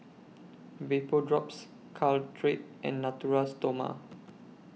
Vapodrops Caltrate and Natura Stoma